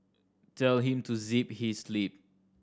tell him to zip his lip